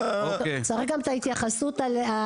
צריך גם את ההתייחסות על,